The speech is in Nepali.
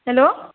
हेलो